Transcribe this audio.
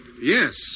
Yes